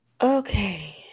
Okay